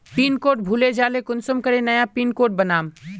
Pin code भूले जाले कुंसम करे नया पिन कोड बनाम?